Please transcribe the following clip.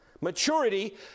Maturity